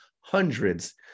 hundreds